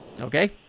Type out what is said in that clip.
okay